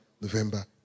November